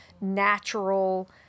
natural